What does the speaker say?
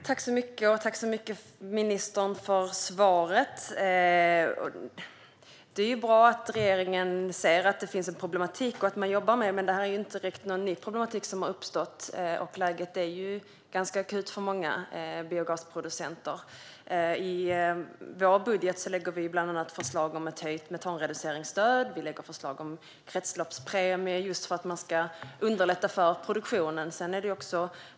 Fru talman! Tack så mycket för svaret, ministern! Det är bra att regeringen ser att det finns en problematik och jobbar med den. Men det är inte direkt någon ny problematik som har uppstått. Läget är ganska akut för många biogasproducenter. I vår budget lägger vi bland annat fram förslag om ett höjt metanreduceringsstöd och en kretsloppspremie just för att man ska underlätta för produktionen.